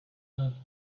love